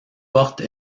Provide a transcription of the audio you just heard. porte